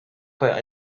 quite